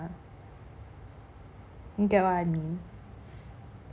you get what I mean